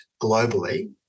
globally